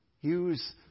use